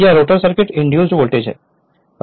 यह rotor circuit induced voltage है